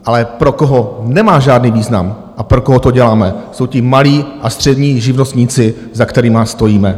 Ale pro koho nemá žádný význam a pro koho to děláme, jsou ti malí a střední živnostníci, za kterými stojíme.